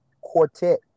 quartet